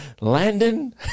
Landon